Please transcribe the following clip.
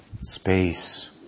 space